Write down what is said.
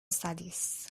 studies